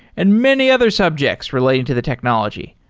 and many other subjects relating to the technology.